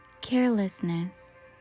carelessness